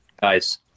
guys